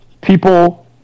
people